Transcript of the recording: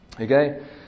Okay